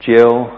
Jill